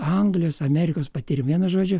anglijos amerikos patirtį vienu žodžiu